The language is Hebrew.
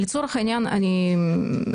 לצורך העניין אני ---,